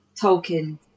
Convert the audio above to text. Tolkien